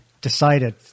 decided